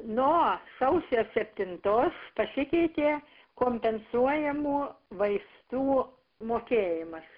nuo sausio septintos pasikeitė kompensuojamų vaistų mokėjimas